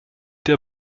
der